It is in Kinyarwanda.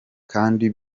kandi